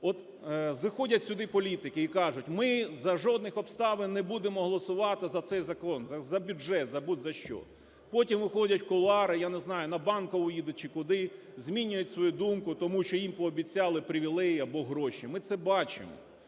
от заходять сюди політики і кажуть: ми за жодних обставин не будемо голосувати за цей закон, за бюджет, за будь-що. Потім виходять в кулуари, я не знаю, на Банкову їдуть, чи куди, змінюють свою думку, тому що їм пообіцяли привілеї або гроші. Ми це бачимо.